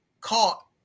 caught